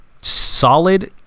solid